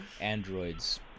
androids